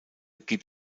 gibt